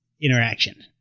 interaction